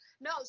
No